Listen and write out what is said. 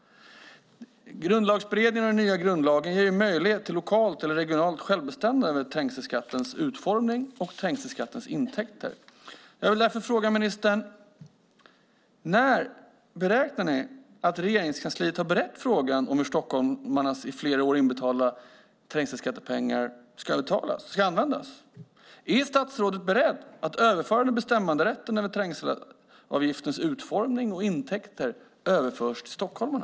Grundlagsberedningen och den nya grundlagen ger möjlighet till lokalt eller regionalt självbestämmande över trängselskattens utformning och intäkter. Jag vill därför fråga ministern: När beräknar ni att Regeringskansliet har berett frågan om hur stockholmarnas inbetalda trängselskattepengar ska betalas ut? Är statsrådet beredd att överföra bestämmanderätten över trängselavgiftens utformning och intäkter överförs till stockholmarna?